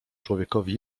człowiekowi